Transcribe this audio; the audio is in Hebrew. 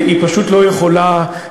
רק על היהודים.